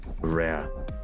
Rare